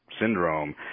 syndrome